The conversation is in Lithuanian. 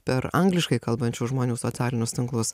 per angliškai kalbančių žmonių socialinius tinklus